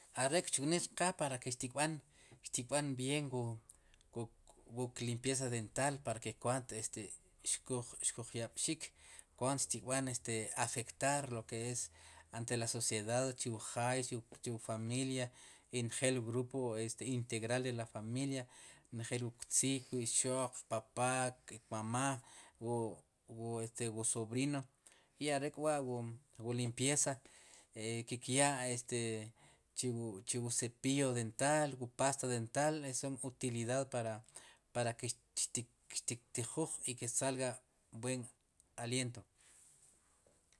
Are' kchuknik chqe para ke xtiqb'an xtib'an bien wuk limpieza dental para ke kwaant te xkuj, xkuj yab'xik kwat xtikb'an afectar lo ke es la sociedad chu wu jaay chu wu familia i njel grupo integral de la familia njel wuk tziik. wu ixoq wuk papá kekmamá wu, wuk, wu sobrino i are'k'wa' wu limpiesa kikyaa este chu wu cepillo dental pasta dental tenga utilidad para ke xti, xtik tijuj y ke salga buen aliento.